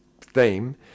theme